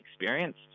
experienced